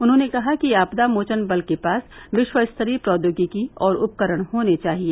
उन्होंने कहा कि आपदा मोचन बल के पास विश्वस्तरीय प्रौद्योगिकी और उपकरण होने चाहिए